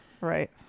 right